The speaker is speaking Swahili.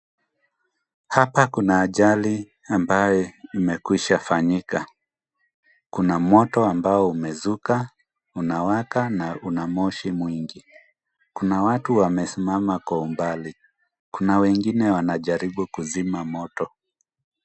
Hapa kuna ajali ambaye imekwisha fanyika. Kuna moto ambao umezuka, unawaka na una moshi mwingi. Kuna watu wamesimama kwa umbali. Kuna wengine wanajaribu kuzima moto.